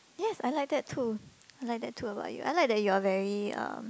yes I like that to I like too about you I like that you are very um